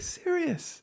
serious